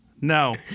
No